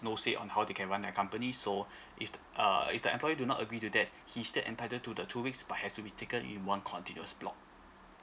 no say on how they can run their company so if err if the employer do not agree to that he's still entitled to the two weeks but has to be taken in one continuous block